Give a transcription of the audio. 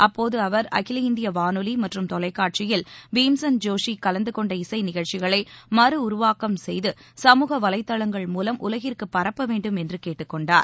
அப்போது அவர் அகில இந்திய வானொலி மற்றும் தொலைக்காட்சியில் பீம்சன் ஜோஷி கலந்து கொண்ட இசை நிகழ்ச்சிகளை மறு உருவாக்கம் செய்து சமூக வலைதளங்கள் மூலம் உலகிற்கு பரப்ப வேண்டும் என்று கேட்டுக்கொண்டார்